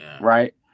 right